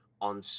on